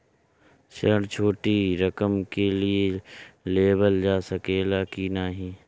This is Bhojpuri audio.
ऋण छोटी रकम के लिए लेवल जा सकेला की नाहीं?